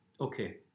Okay